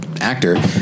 actor